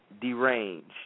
Deranged